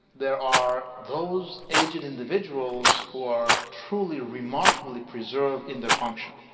there are those aged individuals who are truly remarkably preserved in their function.